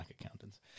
accountants